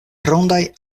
rondaj